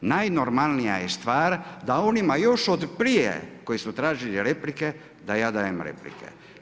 Najnormalnija je stvar da onima još od prije, koji su tražili replike, da ja dajem replike.